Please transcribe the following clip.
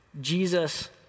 Jesus